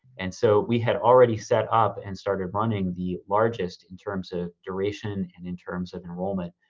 and so we had already set up and started running the largest in terms of duration and in terms of enrollment,